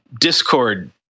Discord